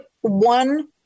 one